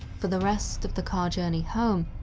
for the rest of the car journey home,